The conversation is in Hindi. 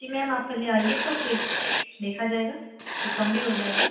जी मैम आप पहले आइए तो फिर देखा जाएगा फिर कम भी हो जाएगा